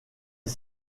est